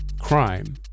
crime